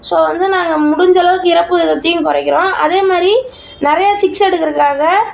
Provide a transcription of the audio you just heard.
so வந்து நாங்கள் முடிஞ்ச அளவுக்கு இறப்பு விகிதத்தையும் குறைக்கிறோம் அதேமாதிரி நிறையா சிக்ஸை எடுக்கறதுக்காக